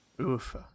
Oof